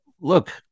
look